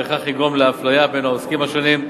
בהכרח יגרום לאפליה בין העוסקים השונים.